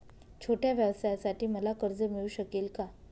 छोट्या व्यवसायासाठी मला कर्ज मिळू शकेल का?